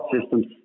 systems